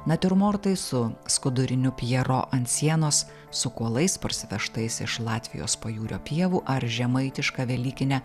natiurmortai su skuduriniu pjero ant sienos su kuolais parsivežtais iš latvijos pajūrio pievų ar žemaitišką velykinę